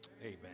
Amen